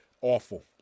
awful